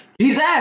Jesus